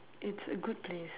it's a good place